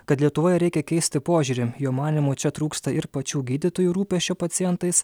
kad lietuvoje reikia keisti požiūrį jo manymu čia trūksta ir pačių gydytojų rūpesčio pacientais